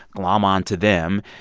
glom onto them,